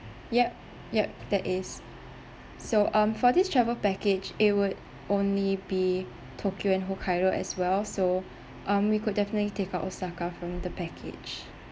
yup yup that is so um for this travel package it would only be tokyo and hokkaido as well so um we could definitely take out osaka from the package